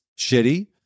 shitty